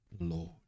Lord